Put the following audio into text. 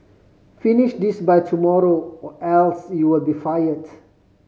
finish this by tomorrow or else you'll be fired